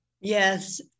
Yes